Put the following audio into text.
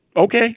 okay